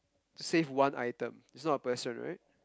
save one item it's not a person right